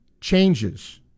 changes